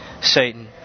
Satan